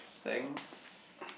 thanks